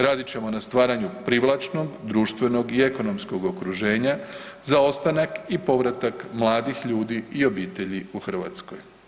Radit ćemo na stvaranju privlačnog, društvenog i ekonomskog okružen ja za ostanak i povratak mladih ljudi i obitelji u Hrvatskoj.